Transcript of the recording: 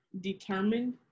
Determined